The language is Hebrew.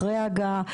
אחרי ההגעה.